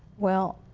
well,